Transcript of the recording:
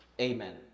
Amen